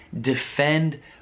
defend